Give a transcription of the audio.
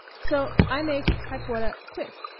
so i make typewutta quick.